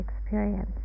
experience